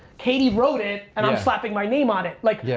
katie wrote it and i'm slapping my name on it. like, yeah